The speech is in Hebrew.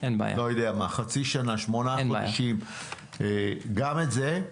לא יודע מה, חצי שנה, שמונה חודשים, גם את זה.